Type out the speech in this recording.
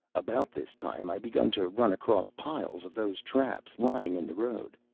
about this time i begun to run across piles of those traps, lying in the road.